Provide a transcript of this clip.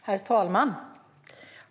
Herr talman!